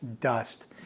dust